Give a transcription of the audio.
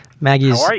Maggie's